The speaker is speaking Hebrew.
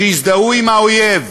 שהזדהו עם האויב,